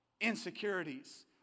Insecurities